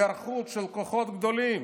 היערכות של כוחות גדולים.